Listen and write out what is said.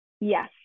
Yes